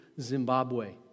Zimbabwe